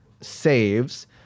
saves